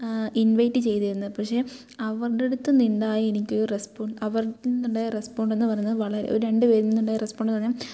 invite ചെയ്തിരുന്നത് പക്ഷേ അവർടെ അടുത്തുന്നുണ്ടായ എനിക്ക് ഒരു റെസ്പോണ്ട് അവർടെ അടുത്തുന്നുണ്ടായ റെസ്പോണ്ട് എന്ന് പറയുന്നത് വളരെ ഒരു രണ്ടു പേരിൽ നിന്നുണ്ടായ റെസ്പോണ്ട് എന്ന് പറഞ്ഞാൽ